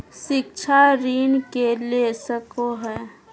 शिक्षा ऋण के ले सको है?